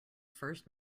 first